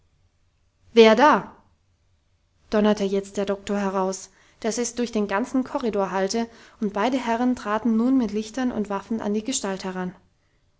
wer da donnerte jetzt der doktor heraus dass es durch den ganzen korridor hallte und beide herren traten nun mit lichtern und waffen an die gestalt heran